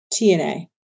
TNA